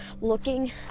looking